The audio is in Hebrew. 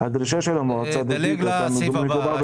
דלג לסעיף הבא.